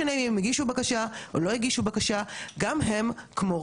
גם הם כמו רבים מהלשכות הפרטיות שעובדות עם רשות האוכלוסין,